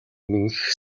энх